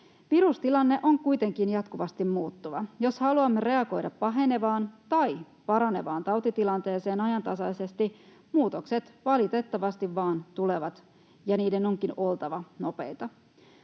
Virustilanne on kuitenkin jatkuvasti muuttuva. Jos haluamme reagoida pahenevaan tai paranevaan tautitilanteeseen ajantasaisesti, muutokset valitettavasti vain tulevat ja niiden onkin oltava nopeita.